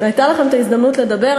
הייתה לכם ההזדמנות לדבר,